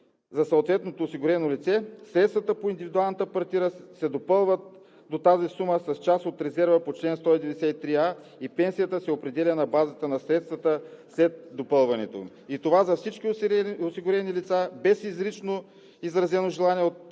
за съответното осигурено лице, средствата по индивидуалната партида се допълват до тази сума с част от резерва по чл. 193а и пенсията се определя на базата на средствата след допълването им. Това е за всички осигурени лица без изрично изразено желание от